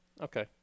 Okay